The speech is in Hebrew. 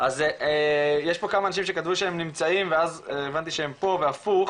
אז יש פה כמה אנשים שכתבו שהם נמצאים ואז הבנתי שהם פה והפוך,